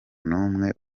n’umwe